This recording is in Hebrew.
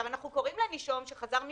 אנחנו קוראים לנישום שחזר מפלילים,